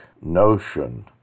notion